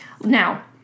Now